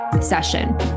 session